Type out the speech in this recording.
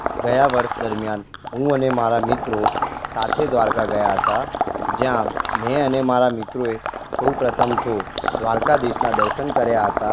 ગયા વર્ષ દરમિયાન હું અને મારા મિત્રો સાથે દ્વારકા ગયા હતા જ્યાં મેં અને મારા મિત્રોએ સૌ પ્રથમ તો દ્વારકાધીશના દર્શન કર્યા હતા